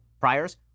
priors